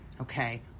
Okay